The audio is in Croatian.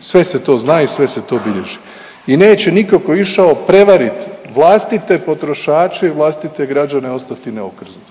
sve se to zna i sve se to bilježi. I neće niko ko je išao prevarit vlastite potrošače i vlastite građane ostati neokrznut.